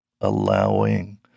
allowing